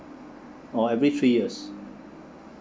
oh every three years